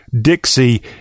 dixie